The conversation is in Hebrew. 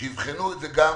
שיבחנו את זה גם